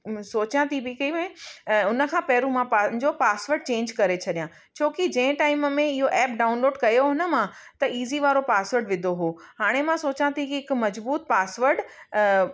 सोचा थी बि भाई उन खां पहिरीं मां पंहिंजो पासवर्ड चेंज करे छॾिया छो की जंहिं टाइम में इहो ऐप डाउनलोड कयो न मां त इज़ी वारो पासवर्ड विधो हो हाणे मां सोचा थी की हिकु मज़बूत पासवर्ड अ